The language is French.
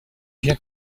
bien